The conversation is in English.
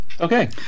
Okay